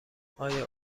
آیا